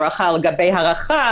הארכה על גבי הארכה,